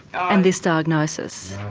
and this diagnosis?